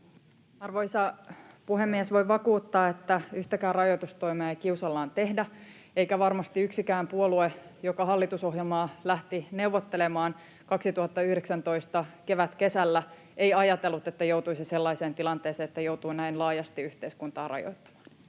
Arvoisa puhemies! Voin vakuuttaa, että yhtäkään rajoitustoimea ei tehdä kiusallaan, eikä varmasti yksikään puolue, joka lähti neuvottelemaan hallitusohjelmaa kevätkesällä 2019, ajatellut, että joutuisi sellaiseen tilanteeseen, jossa joutuu näin laajasti rajoittamaan